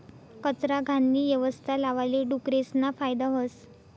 कचरा, घाणनी यवस्था लावाले डुकरेसना फायदा व्हस